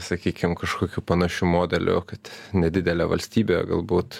sakykim kažkokiu panašiu modeliu kad nedidelė valstybė galbūt